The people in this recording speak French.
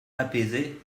apaisé